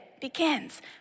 begins